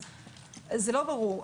זה לא ברור.